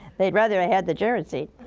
they'd rather i had the geresene.